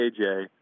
KJ